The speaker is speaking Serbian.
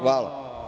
Hvala.